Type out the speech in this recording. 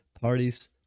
Parties